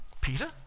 Peter